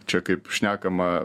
čia kaip šnekama